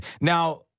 Now